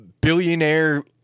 billionaire